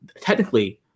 technically